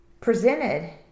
presented